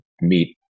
meet